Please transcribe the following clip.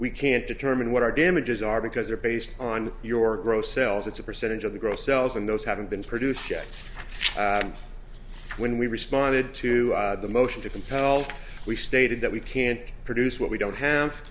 we can't determine what our damages are because they're based on your gross sales it's a percentage of the gross sells and those haven't been produced yet when we responded to the motion to compel we stated that we can't produce what we don't have